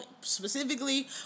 specifically